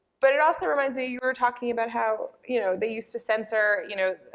but it also reminds me, you were talking about how, you know, they used to censor, you know,